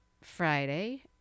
Friday